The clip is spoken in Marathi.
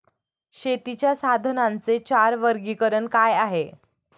शेतीच्या साधनांचे चार वर्गीकरण काय आहे?